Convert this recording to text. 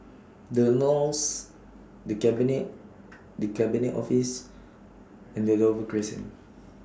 The Knolls The Cabinet The Cabinet Office and Dover Crescent